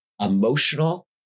emotional